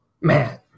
Man